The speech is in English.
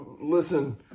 Listen